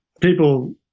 people